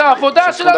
את העבודה שלנו,